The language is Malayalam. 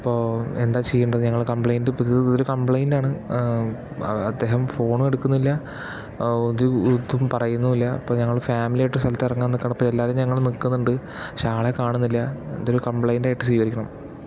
അപ്പോൾ എന്താ ചെയ്യേണ്ടത് ഞങ്ങൾ കംപ്ലെയിൻ്റ് ഇപ്പോൾ ഇത് ഇതൊരു കംപ്ലെയിൻ്റ് ആണ് അദ്ദേഹം ഫോണും എടുക്കുന്നില്ല ഒരു ഇതും പറയുന്നും ഇല്ല അപ്പോൾ ഞങ്ങൾ ഫാമിലിയായിട്ട് ഒരു സ്ഥലത്ത് ഇറങ്ങാൻ നിൽക്കുകയാണ് അപ്പം എല്ലാവരും ഞങ്ങൾ നിൽക്കുന്നുണ്ട് പക്ഷേ ആളെ കാണുന്നില്ല ഇതൊരു കംപ്ലെയിൻ്റ് ആയിട്ട് സ്വീകരിക്കണം